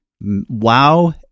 wow